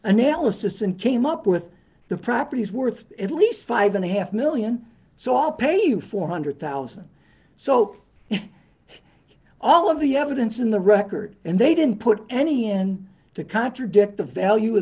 analysis and came up with the property is worth at least five and a half one million so i'll pay you four hundred thousand so all of the evidence in the record and they didn't put any end to contradict the value of